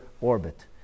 orbit